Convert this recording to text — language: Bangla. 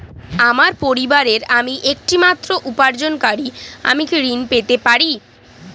আমার পরিবারের আমি একমাত্র উপার্জনকারী আমি কি ঋণ পেতে পারি?